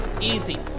easy